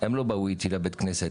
הם לא באו איתי לבית כנסת,